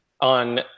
on